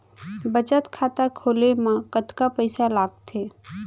बचत खाता खोले मा कतका पइसा लागथे?